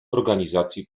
organizacji